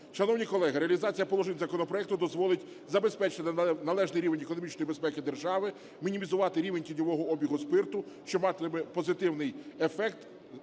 Шановні колеги, реалізація положень законопроекту дозволить забезпечити належний рівень економічної безпеки держави, мінімізувати рівень тіньового обігу спирту, що матиме позитивний ефект